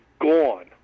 gone